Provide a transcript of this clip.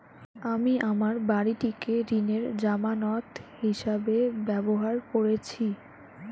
আমি আমার বাড়িটিকে ঋণের জামানত হিসাবে ব্যবহার করেছি